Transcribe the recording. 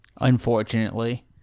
Unfortunately